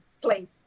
play